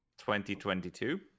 2022